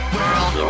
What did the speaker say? World